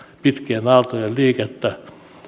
pitkien aaltojen liikettä